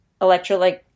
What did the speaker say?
electrolyte